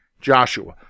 Joshua